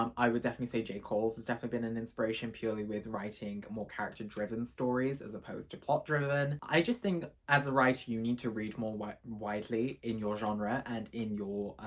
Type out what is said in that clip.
um i would definitely say jay coles has definitely been an inspiration purely with writing more character driven stories as opposed to plot driven i just think as a writer you need to read more widely in your genre and in your